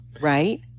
right